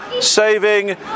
saving